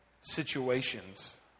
situations